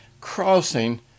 crossing